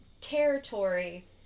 territory